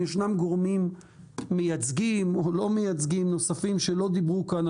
אם ישנם גורמים מייצגים או לא מייצגים נוספים שלא דיברו כאן,